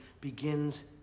begins